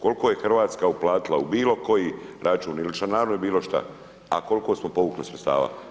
Koliko je Hrvatska uplatila u bilo koji račun ili članarinu ili bilo šta a koliko smo povukli sredstava.